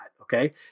Okay